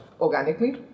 Organically